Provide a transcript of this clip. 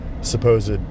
supposed